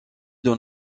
dans